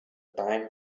time